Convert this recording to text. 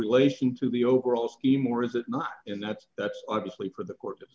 relation to the overall scheme or is it not and that's that's obviously for the court